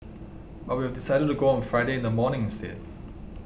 but we have decided to go on Friday in the morning instead